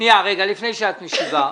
לפני שאת משיבה.